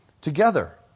together